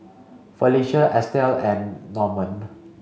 Felicia Estill and Norman